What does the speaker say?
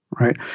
right